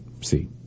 See